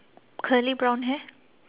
curly brown hair